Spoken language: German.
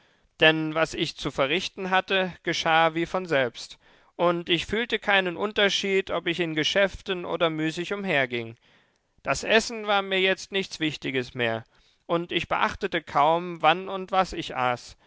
denn was ich zu verrichten hatte geschah wie von selbst und ich fühlte keinen unterschied ob ich in geschäften oder müßig umherging das essen war mir jetzt nichts wichtiges mehr und ich beachtete kaum wann und was ich aß